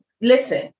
Listen